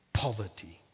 poverty